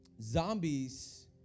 Zombies